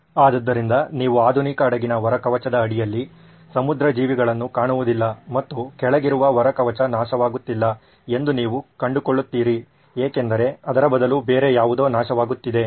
ಆದ್ದರಿಂದ ನೀವು ಆಧುನಿಕ ಹಡಗಿನ ಹೊರ ಕವಚದ ಅಡಿಯಲ್ಲಿ ಸಮುದ್ರ ಜೀವಿಗಳನ್ನು ಕಾಣುವುದಿಲ್ಲ ಮತ್ತು ಕೆಳಗಿರುವ ಹೊರ ಕವಚ ನಾಶವಾಗುತ್ತಿಲ್ಲ ಎಂದು ನೀವು ಕಂಡುಕೊಳ್ಳುತ್ತೀರಿ ಏಕೆಂದರೆ ಅದರ ಬದಲು ಬೇರೆ ಯಾವುದೋ ನಾಶವಾಗುತ್ತಿದೆ